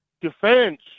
defense